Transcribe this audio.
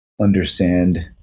understand